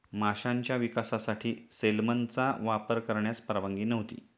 माशांच्या विकासासाठी सेलमनचा वापर करण्यास परवानगी नव्हती